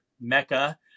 mecca